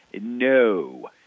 no